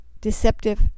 deceptive